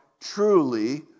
truly